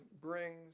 brings